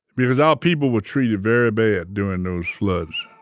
because our people were treated very bad during those floods